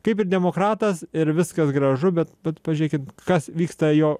kaip ir demokratas ir viskas gražu bet vat pažiūrėkit kas vyksta jo